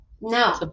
No